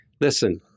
listen